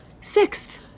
sixth